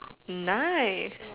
nice